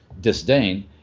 disdain